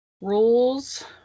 rules